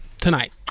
tonight